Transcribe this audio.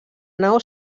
nau